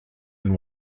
and